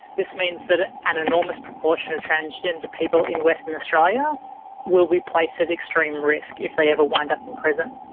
this means that an enormous proportion of transgender people in western australia will be placed at extreme risk if they ever wind up in prison.